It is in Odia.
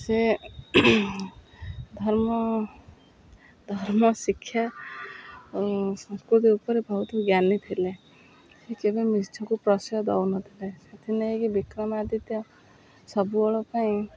ସେ ଧର୍ମ ଧର୍ମ ଶିକ୍ଷା ସଂସ୍କୃତି ଉପରେ ବହୁତ ଜ୍ଞାନୀ ଥିଲେ ସେ କେବେ ମିଛକୁ ପ୍ରଶୟ ଦେଉନଥିଲେ ସେଥିପାଇଁ ବିକ୍ରମାଦିତ୍ୟ ସବୁବେଳ ପାଇଁ